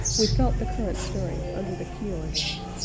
we felt the current stirring under the keel again.